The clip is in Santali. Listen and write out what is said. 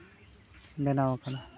ᱵᱮᱱᱟᱣ ᱠᱟᱱᱟ